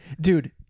Dude